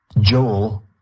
Joel